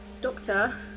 Doctor